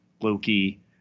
Loki